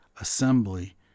assembly